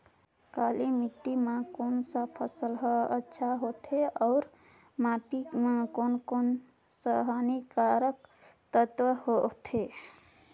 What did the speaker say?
काली माटी मां कोन सा फसल ह अच्छा होथे अउर माटी म कोन कोन स हानिकारक तत्व होथे?